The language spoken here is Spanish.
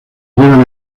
llevan